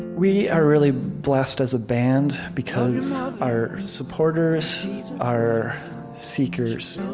we are really blessed, as a band, because our supporters are seekers.